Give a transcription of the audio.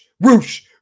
roosh